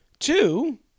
Two